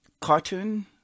cartoon